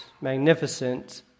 magnificent